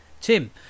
Tim